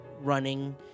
running